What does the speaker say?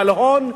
בעל הון,